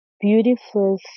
beautiful